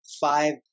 five